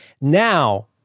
Now